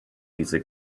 diese